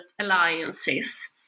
alliances